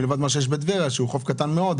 מלבד מה שיש בטבריה שהוא חוף קטן מאוד,